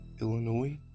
Illinois